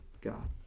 god